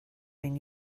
been